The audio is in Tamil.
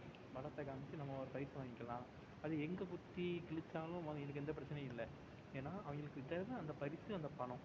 பலத்தை காண்மிச்சு நம்ம ஒரு பரிசு வாங்கிக்கலாம் அது எங்கே குத்திக் கிழிச்சாலும் அவங்களுக்கு எந்தப் பிரச்சினையும் இல்லை ஏன்னால் அவங்களுக்குத் தேவை அந்தப் பரிசு அந்தப் பணம்